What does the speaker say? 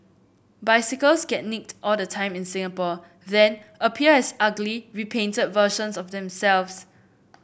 bicycles get nicked all the time in Singapore then appear as ugly repainted versions of themselves